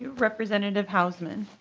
representative hausman